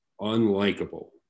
unlikable